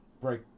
break